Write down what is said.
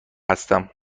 هستم